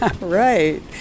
right